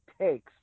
takes